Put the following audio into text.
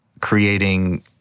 creating